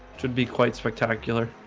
should be quite spectacular